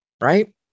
right